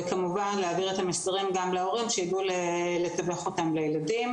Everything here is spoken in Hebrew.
יש כמובן גם להעביר את המסרים להורים ושהם יידעו לתווך אותם להורים.